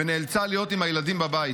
ונאלצה להיות עם הילדים בבית.